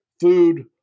food